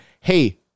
hey